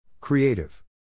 Creative